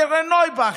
קרן נויבך,